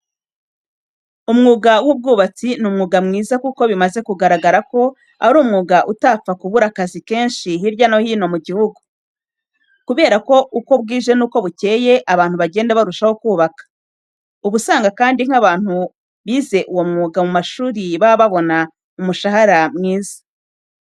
Umwuga w'ubaubatsi ni umwuga mwiza kuko bimaze kugaragara ko ari umwuga utapfa kubura akazi kenshi hirya no hino mu gihugu. Kubera ko uko bwije n'uko bukeye abantu bagenda barushaho kubaka. Uba usanga kandi nk'abantu bize uwo mwuga mu mashuri baba babona umushahara mwiza.